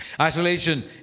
Isolation